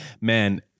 Man